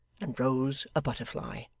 and rose a butterfly.